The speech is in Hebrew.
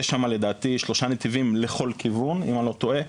יש שם לדעתי שלושה נתיבים לכל כיוון אם אני לא טועה,